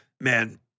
man